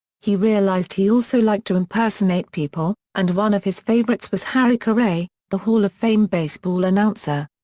he realized he also liked to impersonate people, and one of his favorites was harry caray, the hall of fame baseball announcer.